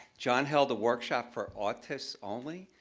john held a workshop for autistics only.